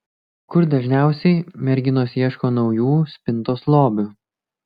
kur dažniausiai merginos ieško naujų spintos lobių